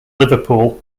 liverpool